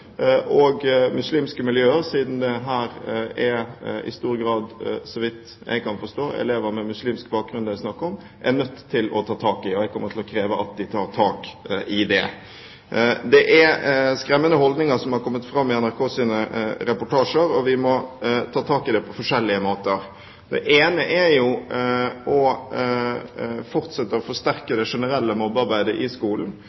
og muslimske miljøer – siden det her, så vidt jeg kan forstå, i stor grad er elever med muslimsk bakgrunn det er snakk om – er nødt til å ta tak i. Jeg kommer til å kreve at de tar tak i det. Det er skremmende holdninger som har kommet fram i NRKs reportasjer, og vi må ta tak i det på forskjellige måter. Det ene er å fortsette å forsterke det generelle mobbearbeidet i skolen